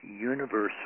universal